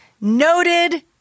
Noted